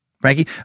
Frankie